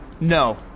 No